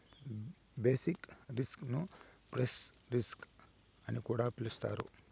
basic risk ను price risk అని కూడా పిలుత్తారు